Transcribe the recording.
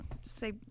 Say